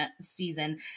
season